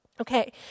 Okay